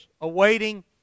awaiting